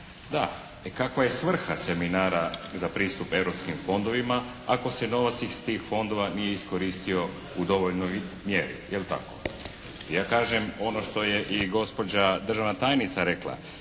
Da. Kakva je svrha seminara za pristup europskim fondovima ako se novac iz tih fondova nije iskoristio u dovoljnoj mjeri, je li tako. Ja kažem ono što je i gospođa državna tajnica rekla.